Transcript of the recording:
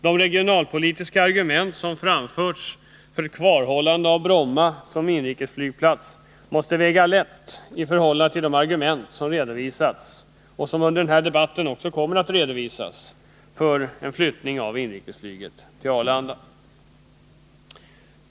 De regionalpolitiska argument som framförts för ett kvarhållande av Bromma som inrikesflygplats måste väga lätt i förhållande till de argument som redovisats och som under denna debatt också kommer att redovisas för en flyttning av inrikesflyget till Arlanda.